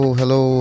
hello